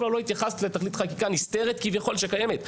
לה: לא התייחסת לתכלית חקיקה נסתרת כביכול שקיימת.